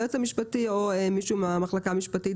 היועץ המשפטי או מישהו מהמחלקה המשפטית,